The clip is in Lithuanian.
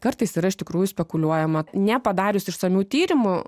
kartais yra iš tikrųjų spekuliuojama nepadarius išsamių tyrimu